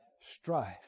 Strife